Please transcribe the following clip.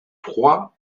trois